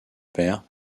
père